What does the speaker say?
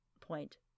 point